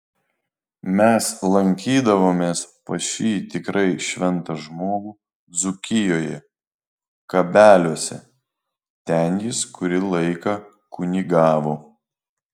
mes lankydavomės pas šį tikrai šventą žmogų dzūkijoje kabeliuose ten jis kurį laiką kunigavo